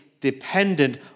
dependent